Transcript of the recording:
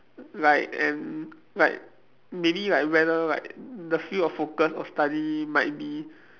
like and like maybe like whether like the field of focus of study might be